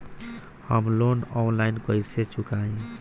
हम loan online कइसे चुकाई?